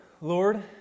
Lord